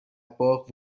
باغ